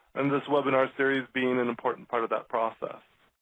and this webinar series being an important part of that process.